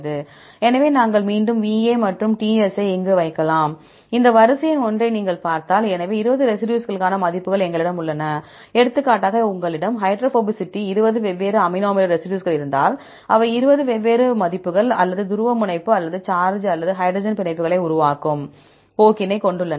எனவே நாங்கள் மீண்டும் VA மற்றும் TS ஐ இங்கு வைக்கலாம் இந்த வரிசை எண் 1 ஐ நீங்கள் பார்த்தால் எனவே 20 ரெசிடியூஸ்களுக்கான மதிப்புகள் எங்களிடம் உள்ளன எடுத்துக்காட்டாக உங்களிடம் ஹைட்ரோபோபசிட்டி 20 வெவ்வேறு அமினோ அமில ரெசிடியூஸ்கள் இருந்தால் அவை 20 வெவ்வேறு மதிப்புகள் அல்லது துருவமுனைப்பு அல்லது சார்ஜை அல்லது ஹைட்ரஜ ன் பிணைப்பு களை உருவாக்கும் போக்கினை கொண்டுள்ளன